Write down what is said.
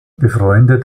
befreundet